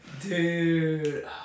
dude